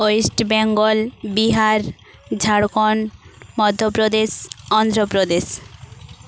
weight Bengal Bihar Jharkhand Madhya Pradesh Andhra Pradesh